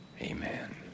Amen